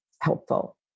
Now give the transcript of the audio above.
helpful